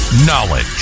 Knowledge